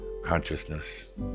consciousness